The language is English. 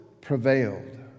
prevailed